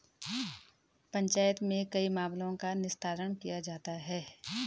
पंचायत में कई मामलों का निस्तारण किया जाता हैं